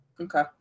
Okay